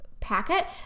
packet